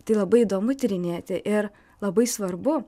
tai labai įdomu tyrinėti ir labai svarbu